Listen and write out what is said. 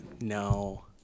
no